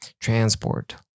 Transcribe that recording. transport